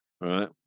Right